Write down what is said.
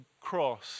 cross